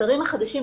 המחקרים החדשים,